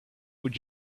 would